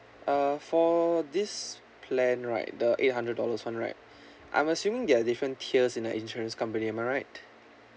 uh for this plan right the eight hundred dollars [one] right I'm assuming there're different tiers in the insurance company am I right